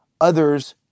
others